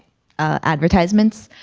advertisements